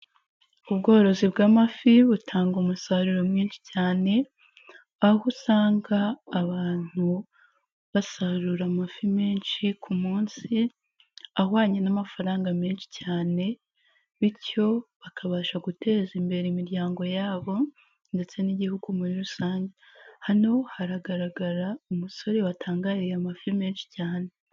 Ubworozi bw'amafi butanga umusaruro mwinshi cyane, aho usanga abantu basarura amafi menshi ku munsi, ahwanye n'amafaranga menshi cyane bityo bakabasha guteza imbere imiryango yabo ndetse n'igihugu muri rusange, hano haragaragara umusore watangariye amafi menshi cyane.